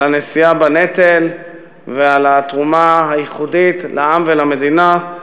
על הנשיאה בנטל ועל התרומה הייחודית לעם ולמדינה,